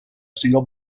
single